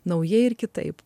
naujai ir kitaip